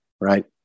right